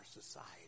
society